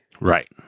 Right